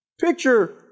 Picture